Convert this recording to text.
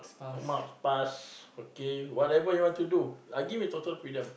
mark pass okay whatever you want to do I give him social freedom